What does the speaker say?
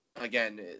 again